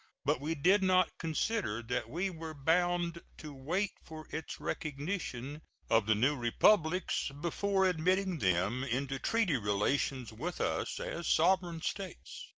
but we did not consider that we were bound to wait for its recognition of the new republics before admitting them into treaty relations with us as sovereign states.